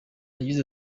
yagize